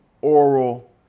oral